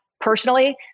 personally